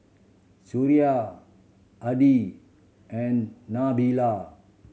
Suria Adi and Nabila